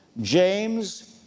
James